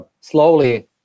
slowly